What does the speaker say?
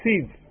Seeds